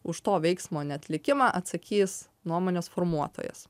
už to veiksmo neatlikimą atsakys nuomonės formuotojas